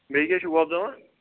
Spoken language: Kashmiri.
بیٚیہِ کیاہ چھو وۄبداوان